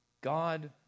God